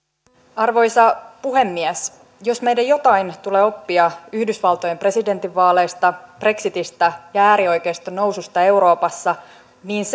arvoisa puhemies jos meidän jotain tulee oppia yhdysvaltojen presidentinvaaleista brexitistä ja äärioikeiston noususta euroopassa niin